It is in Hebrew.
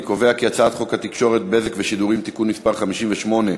אני קובע כי הצעת חוק התקשורת (בזק ושידורים) (תיקון מס' 58),